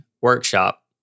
workshop